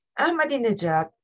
Ahmadinejad